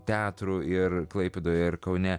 teatrų ir klaipėdoje ir kaune